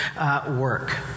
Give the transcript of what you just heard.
work